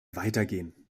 weitergehen